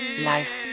Life